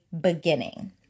beginning